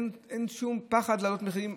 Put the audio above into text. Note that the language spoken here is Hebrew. אין שום פחד להעלות מחירים.